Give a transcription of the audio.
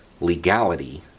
legality